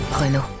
Renault